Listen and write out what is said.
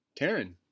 Taryn